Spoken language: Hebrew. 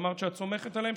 אמרת שאת סומכת עליהם,